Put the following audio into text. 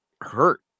hurt